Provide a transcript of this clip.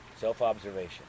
self-observation